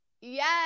Yes